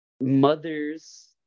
mothers